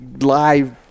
live